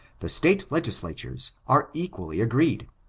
the state legislatures are equally agreed.